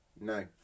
No